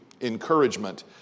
encouragement